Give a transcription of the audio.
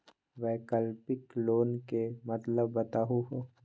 वैकल्पिक लोन के मतलब बताहु हो?